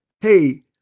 hey –